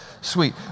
Sweet